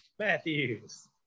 Matthews